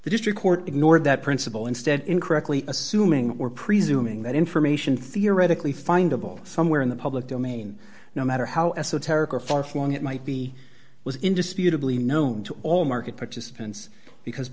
the district court ignored that principle instead incorrectly assuming or presuming that information theoretically find a ball somewhere in the public domain no matter how esoteric or far flung it might be was indisputably known to all market participants because